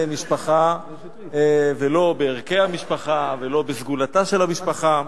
משפחה ולא בערכי המשפחה ולא בסגולתה של המשפחה.